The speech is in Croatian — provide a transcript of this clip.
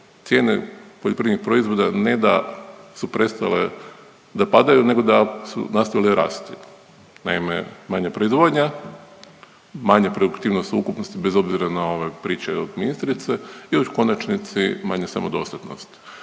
cijene poljoprivrednih proizvoda ne da su prestale, da padaju, nego da su nastavile rasti. Naime, manja proizvoda, manja produktivnost u ukupnosti bez obzira na ove priče od ministrice i u konačnici manja samodostatnost,